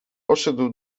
poszedł